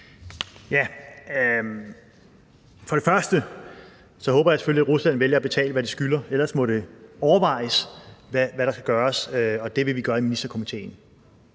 Kofod): Først håber jeg selvfølgelig, at Rusland vælger at betale, hvad de skylder, ellers må det overvejes, hvad der skal gøres, og det vil vi gøre i Ministerkomiteen.